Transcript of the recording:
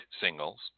singles